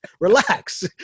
relax